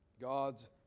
God's